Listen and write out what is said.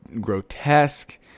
grotesque